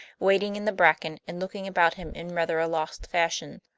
wading in the bracken and looking about him in rather a lost fashion.